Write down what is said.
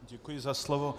Děkuji za slovo.